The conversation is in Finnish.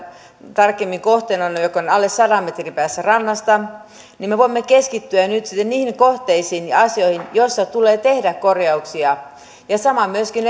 tarkemmin kohteena vain se joka on alle sadan metrin päässä rannasta niin me voimme keskittyä nyt sitten niihin kohteisiin ja asioihin joissa tulee tehdä korjauksia samoin myöskin